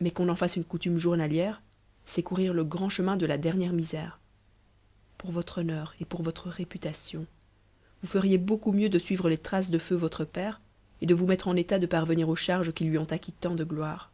mais qu'on en fasse une coutume otn'na iëre c'est courir le grand chemin de la dernière misère pour votre honneur et pour votre réputation vous feriez beaucoup mieux de suivre es traces de feu votre père et de vous mettre en état de parvenir aux charges qui lui ont acquis tant de gloire